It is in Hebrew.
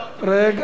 רגע.